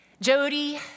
Jody